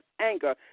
anger